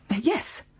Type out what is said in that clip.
Yes